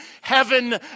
heaven